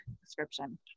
description